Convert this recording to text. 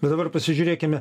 bet dabar pasižiūrėkime